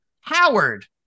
Howard